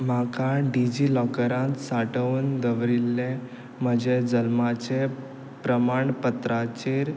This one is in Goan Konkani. म्हाका डिजी लॉकरांत सांठोवन दवरिल्ले म्हजे जल्माचे प्रमाणपत्राचेर